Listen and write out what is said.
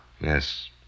Yes